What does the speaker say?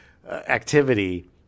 Activity